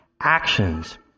actions